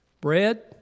Bread